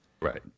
Right